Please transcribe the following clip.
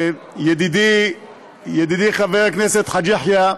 ידידי חבר הכנסת חאג' יחיא,